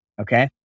Okay